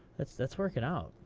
that's that's working out.